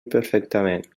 perfectament